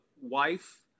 wife